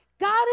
God